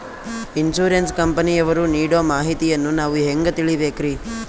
Insurance ಕಂಪನಿಯವರು ನೀಡೋ ಮಾಹಿತಿಯನ್ನು ನಾವು ಹೆಂಗಾ ತಿಳಿಬೇಕ್ರಿ?